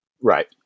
Right